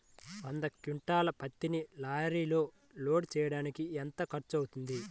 వంద క్వింటాళ్ల పత్తిని లారీలో లోడ్ చేయడానికి ఎంత ఖర్చవుతుంది?